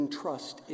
trust